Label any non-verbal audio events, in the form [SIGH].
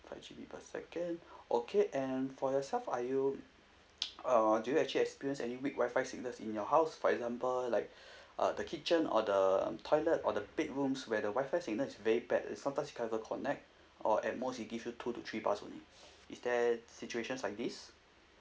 five G_B per second [BREATH] okay and for yourself are you [NOISE] uh do you actually experience any weak WI-FI signals in your house for example like [BREATH] uh the kitchen or the toilet or the bedrooms where the WI-FI signal is very bad uh sometimes you can't even connect or at most it give you two to three bars only is there situations like these